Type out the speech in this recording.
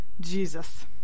jesus